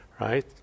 right